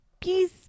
Peace